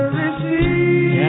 receive